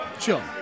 Sure